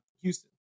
Houston